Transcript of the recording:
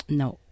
no